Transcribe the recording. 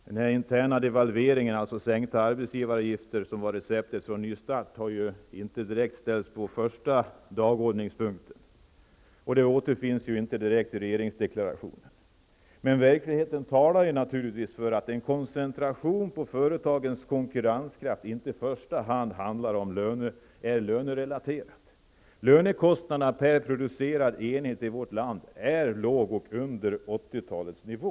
Den interna devalveringen, dvs. sänkta arbetsgivaravgifter, som var receptet för Ny start för Sverige har ju inte direkt uppsatts först på dagordningen och den återfinns inte heller i regeringsdeklarationen. Men verkligheten talar naturligtvis för att en koncentration på företagens konkurrenskraft i första hand inte är lönerelaterat. Lönekostnaderna i vårt land per producerad enhet är låg och under 1980 års nivå.